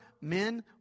men